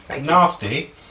nasty